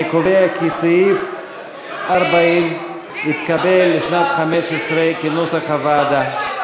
58. אני קובע כי סעיף 40 לשנת 2015 התקבל כנוסח הוועדה.